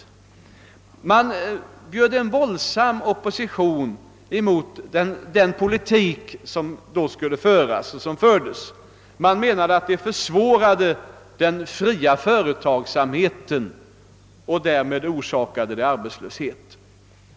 Oppositionen bjöd alltså våldsamt motstånd mot den politik som socialdemokratin förde; det hävdades att denna politik verkade försvårande för den fria företagsamheten och därmed orsakade arbetslöshet.